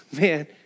man